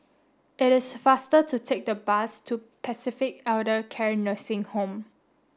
it is faster to take the bus to Pacific Elder Care Nursing Home